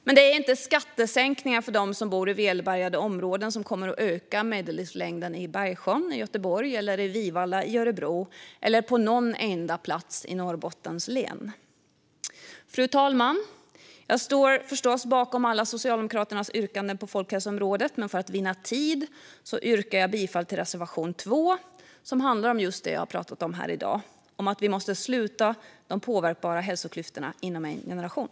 Men det är inte skattesänkningar för dem som bor i välbärgade områden som kommer att öka medellivslängden i Bergsjön i Göteborg, i Vivalla i Örebro eller på någon enda plats i Norrbottens län. Fru talman! Jag står förstås bakom alla Socialdemokraternas yrkanden på folkhälsoområdet, men för att vinna tid yrkar jag bifall endast till reservation 2, som handlar om just det jag har talat om här i dag - att vi måste sluta de påverkbara hälsoklyftorna inom en generation.